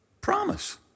Promise